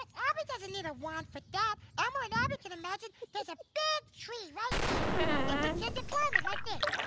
abby doesn't need a wand for that. elmo and abby can imagine there's a big tree right here and pretend to climb it, like this.